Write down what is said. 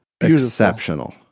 exceptional